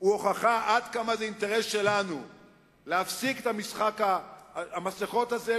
הוא הוכחה עד כמה זה אינטרס שלנו להפסיק את משחק המסכות הזה,